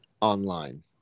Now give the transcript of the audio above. online